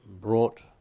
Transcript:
brought